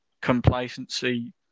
complacency